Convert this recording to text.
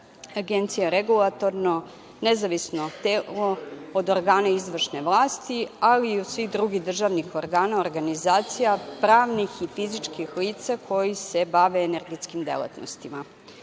Agencija je regulatorno nezavisno telo od organa izvršne vlasti, ali i od svih drugih državnih organa, organizacija, pravnih i fizičkih lica koja se bave energetskim delatnostima. Zakonom